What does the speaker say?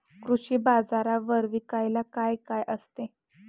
कृषी बाजारावर विकायला काय काय असते?